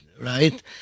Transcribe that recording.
right